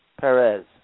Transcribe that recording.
Perez